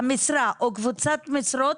המשרה או קבוצת משרות,